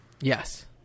Yes